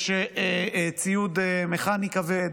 יש ציוד מכני כבד,